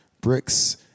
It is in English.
bricks